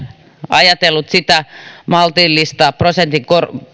ajatellut sitä maltillista